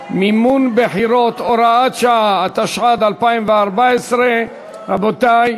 (מימון בחירות) (הוראת שעה), התשע"ד 2014. רבותי,